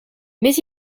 mais